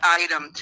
item